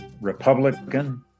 Republican